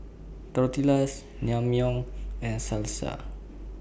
Tortillas Naengmyeon and Salsa